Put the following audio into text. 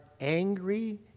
angry